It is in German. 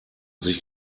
sich